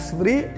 free